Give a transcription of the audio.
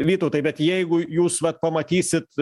vytautai bet jeigu jūs vat pamatysit